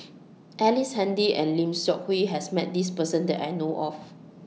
Ellice Handy and Lim Seok Hui has Met This Person that I know of